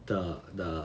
the the